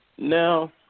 Now